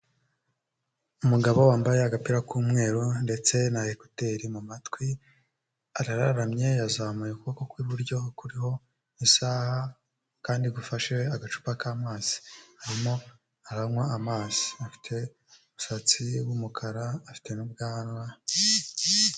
Umugabo wambaye agapira k'umweru ndetse na ekuteri mu matwi, arararamye yazamuye ukuboko kw'iburyo kuriho isaha kandi gufashe agacupa k'amazi. Arimo aranywa amazi; afite umusatsi w'umukara, afite n'ubwanwa.